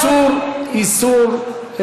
איסור,